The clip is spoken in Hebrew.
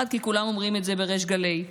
1. כי כולם אומרים את זה בריש גלי,